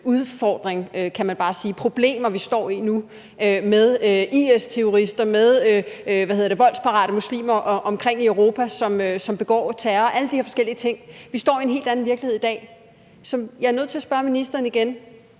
udfordring, kan man bare sige, de problemer, vi står i nu, med IS-terrorister, med voldsparate muslimer rundtomkring i Europa, som begår terror, og alle de her forskellige ting. Vi står i en helt anden virkelighed i dag. Så jeg er nødt til at spørge ministeren om